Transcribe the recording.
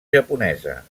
japonesa